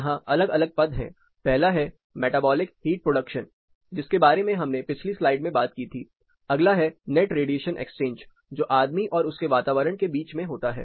यहां अलग अलग पद है पहला है मेटाबॉलिक हीट प्रोडक्शन जिसके बारे में हमने पिछली स्लाइड में बात की थी अगला है नेट रेडिएशन एक्सचेंज जो आदमी और उसके वातावरण के बीच में होता है